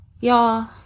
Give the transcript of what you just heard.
Y'all